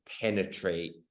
penetrate